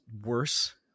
worse